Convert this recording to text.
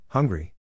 Hungry